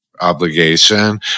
obligation